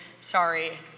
sorry